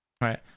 right